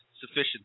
sufficient